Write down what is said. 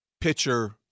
pitcher